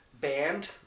Band